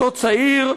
אותו צעיר,